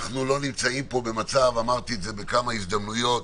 אנו לא נמצאים פה במצב אמרתי את זה בכמה הזדמנויות,